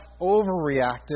overreacted